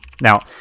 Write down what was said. Now